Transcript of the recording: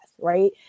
right